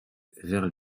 vers